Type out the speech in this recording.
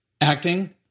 acting